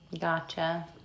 Gotcha